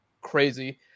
crazy